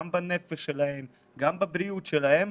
בנפש שלהם וגם בבריאות שלהם.